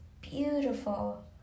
beautiful